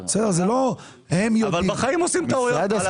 זה לא שהם יודעים.